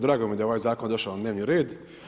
Drago mi je da je ovaj zakon došao na dnevni red.